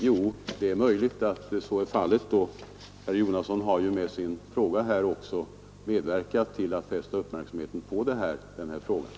Ja, det är möjligt att så är fallet, och herr Jonasson har ju också med sin fråga medverkat till att fästa uppmärksamheten på detta förhållande.